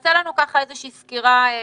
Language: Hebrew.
תעשה לנו איזושהי סקירה מהירה.